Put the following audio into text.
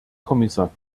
kommissar